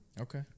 Okay